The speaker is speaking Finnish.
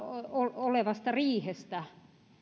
olevasta riihestä